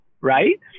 right